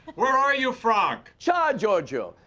where are you, franck? ciao georgio!